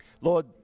Lord